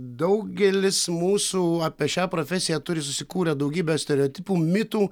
daugelis mūsų apie šią profesiją turi susikūrę daugybę stereotipų mitų